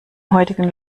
heutigen